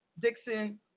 Dixon